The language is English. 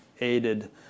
aided